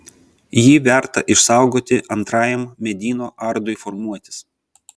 jį verta išsaugoti antrajam medyno ardui formuotis